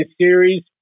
series